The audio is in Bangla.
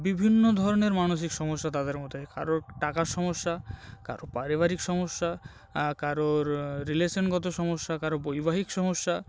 বিভিন্ন ধরনের মানসিক সমস্যা তাদের মধ্যে থাকে কারো টাকার সমস্যা কারো পারিবারিক সমস্যা কারোর রিলেশানগত সমস্যা কারো বৈবাহিক সমস্যা